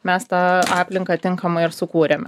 mes tą aplinką tinkamai ir sukūrėme